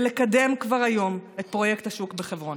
ולקדם כבר היום את פרויקט השוק בחברון.